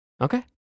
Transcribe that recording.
Okay